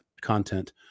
content